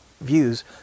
views